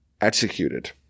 executed